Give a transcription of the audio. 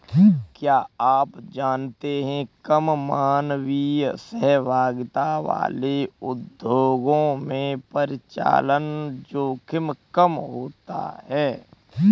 क्या आप जानते है कम मानवीय सहभागिता वाले उद्योगों में परिचालन जोखिम कम होता है?